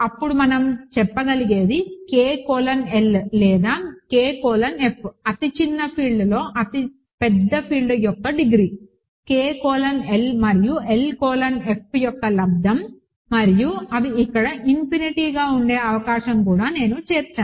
అప్పుడు మనం చెప్పగలిగేది K కోలన్ L లేదా K కోలన్ F అతిచిన్న ఫీల్డ్లో అతిపెద్ద ఫీల్డ్ యొక్క డిగ్రీ K కోలన్ L మరియు L కోలన్ F యొక్క లబ్దము మరియు అవి ఇక్కడ ఇన్ఫినిటీగా ఉండే అవకాశం కూడా నేను చేర్చాను